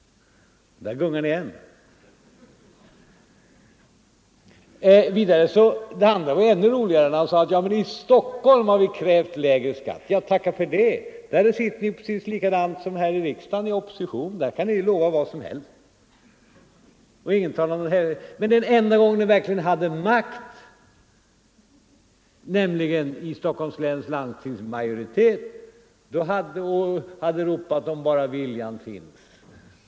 Där gungar ni ännu! Det andra var egentligen ännu roligare. Herr Bohman sade att i Stockholm har vi krävt lägre skatt. Ja, tacka för det. Där sitter ni, precis som här i riksdagen, i opposition. Där kan ni lova vad som helst. Den enda gång ni verkligen hade makt, i Stockholms läns landsting där ni hade majoritet, skulle ni ha visat om viljan hade funnits.